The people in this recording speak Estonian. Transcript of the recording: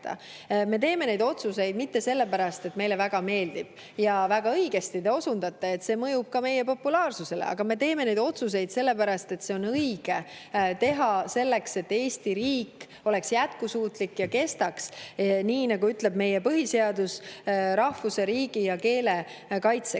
ei tee neid otsuseid mitte sellepärast, et meile väga meeldib – ja väga õigesti te osundate, et see mõjub ka meie populaarsusele –, vaid me teeme neid otsuseid sellepärast, et nii on õige teha, selleks et Eesti riik oleks jätkusuutlik ja kestaks, nii nagu ütleb meie põhiseadus, rahvuse, riigi ja keele kaitseks.